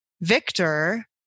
Victor